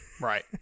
Right